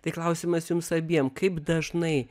tai klausimas jums abiem kaip dažnai